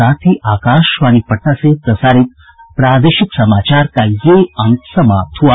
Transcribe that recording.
इसके साथ ही आकाशवाणी पटना से प्रसारित प्रादेशिक समाचार का ये अंक समाप्त हुआ